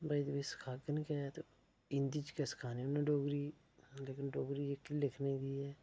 by the way सखाङन गै ते हिंदी च गै सखानी उ'नें डोगरी लेकिन डोगरी जेह्की लिखने दी ऐ